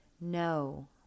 No